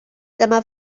dyma